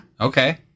Okay